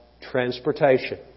transportation